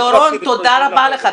דורון, תודה רבה לך.